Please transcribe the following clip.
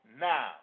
now